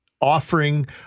offering